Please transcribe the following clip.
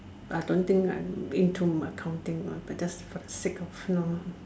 I don't think I'm into accounting but just for the sake of you know